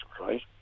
right